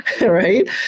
right